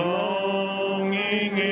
longing